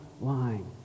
line